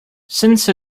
since